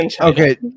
Okay